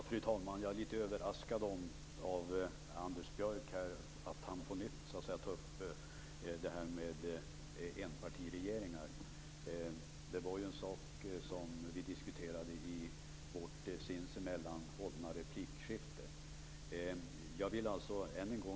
Fru talman! Jag är litet överraskad av att Anders Björck här på nytt tar upp det här med enpartiregeringar. Det var ju en sak som vi diskuterade i replikskiftet oss emellan.